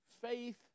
faith